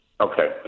okay